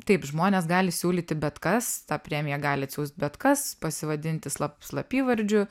taip žmonės gali siūlyti bet kas tą premiją gali atsiųst bet kas pasivadinti slap slapyvardžiu